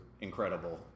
incredible